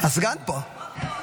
הסגן פה.